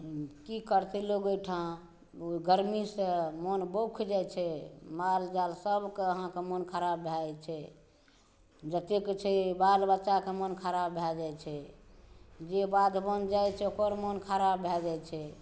की करतै लोग एहिठाम ओहि गरमीसँ मोन बौख जाइ छै माल जाल सब कऽ अहाँकेॅं मोन खराब भए जाइ छै जतेक छै बाल बच्चाके मोन खराब भए जाइ छै जे बाध बौन जाइ छै ओकर मोन खराब भए जाइ छै